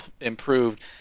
improved